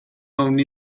ofni